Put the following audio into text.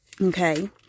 Okay